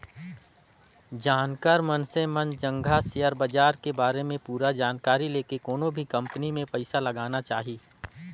जानकार मइनसे मन जघा सेयर बाजार के बारे में पूरा जानकारी लेके कोनो भी कंपनी मे पइसा लगाना चाही